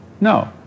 No